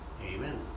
Amen